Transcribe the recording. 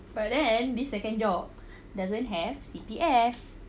but then this second job doesn't have C_P_F